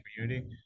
community